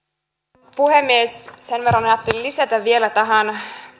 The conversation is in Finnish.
arvoisa puhemies sen verran ajattelin lisätä vielä tähän